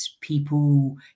people